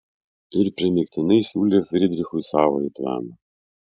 ir primygtinai siūlė frydrichui savąjį planą